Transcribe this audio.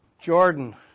Jordan